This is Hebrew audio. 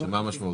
מה משמעותו?